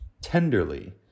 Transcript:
tenderly